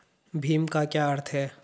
भीम का क्या अर्थ है?